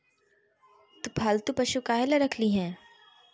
तु पालतू पशु काहे ला रखिली हें